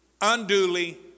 unduly